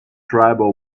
tribal